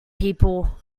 people